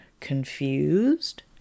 Confused